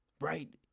right